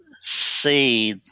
see